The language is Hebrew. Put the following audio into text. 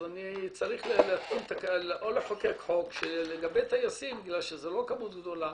אז אני צריך לחוקק חוק לגבי טייסים משום שזאת לא כמות גדולה,